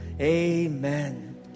Amen